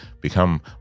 become